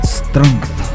strength